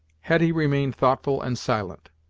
hetty remained thoughtful and silent.